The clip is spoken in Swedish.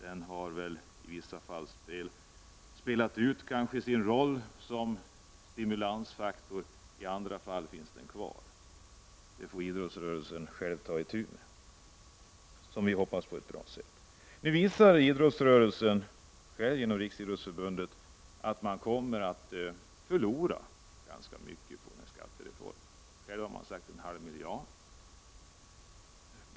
Den har i vissa fall spelat ut sin roll som stimulansfaktor. I andra fall finns den kvar. Det får idrottsrörelsen själv ta itu med på ett, som vi hoppas, bra sätt Nu visar idrottsrörelsen själv, genom Riksidrottsförbundet, att man kommer att förlora ganska mycket på skattereformen. Själv har man sagt en halv miljard kronor.